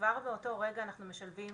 כבר באותו הרגע אנחנו משלבים